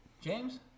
James